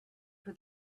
for